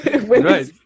Right